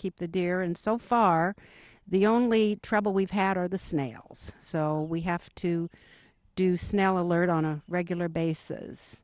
keep the deer and so far the only trouble we've had are the snails so we have to do snail alert on a regular basis